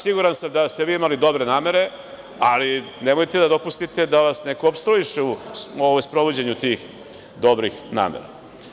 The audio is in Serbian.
Siguran sam da ste vi imali dobre namere, ali nemojte da dopustite da vas neko opstruiše u sprovođenju tih dobrih namera.